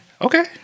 Okay